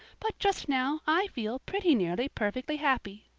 but just now i feel pretty nearly perfectly happy.